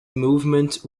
movement